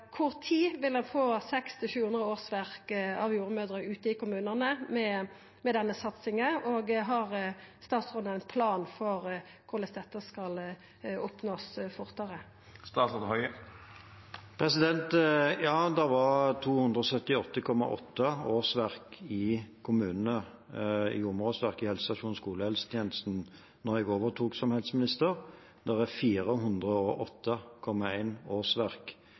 tid vil ein få 600–700 årsverk av jordmødrer ute i kommunane med denne satsinga, og har statsråden ein plan for korleis ein skal oppnå dette fortare? Det var 278,8 jordmorårsverk i kommunene, i helsestasjons- og skolehelsetjenesten, da jeg overtok som helseminister. Det var 408,1 årsverk i